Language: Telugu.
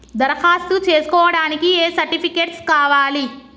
దరఖాస్తు చేస్కోవడానికి ఏ సర్టిఫికేట్స్ కావాలి?